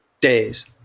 days